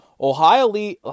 Ohio